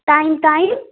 time time